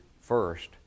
first